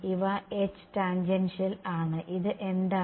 ഇവ H tangential ആണ് ഇത് എന്താണ്